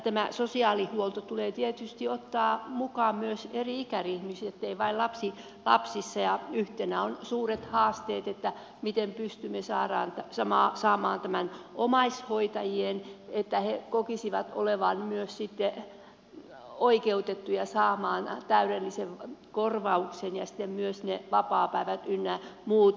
tämä sosiaalihuolto tulee tietysti huomioida myös eri ikäryhmissä ei vain lasten osalta ja on suuret haasteet miten pystymme saara se maassa maaten omaishoitajien että saamaan omaishoitajat kokemaan olevansa oikeutettuja saamaan täydellisen korvauksen ja sitten myös ne vapaapäivät ynnä muut